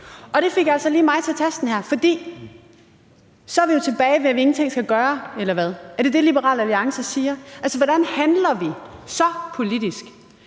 Og det fik altså lige mig til tasten her, for så er vi jo tilbage ved, at vi ingenting skal gøre, eller hvad? Er det det, Liberal Alliance siger? Altså, hvordan handler vi så politisk?